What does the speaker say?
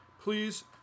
please